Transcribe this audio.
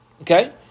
Okay